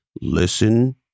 listen